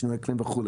שינויי אקלים וכולי.